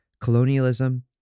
colonialism